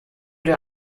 der